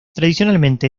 tradicionalmente